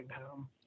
home